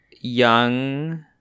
young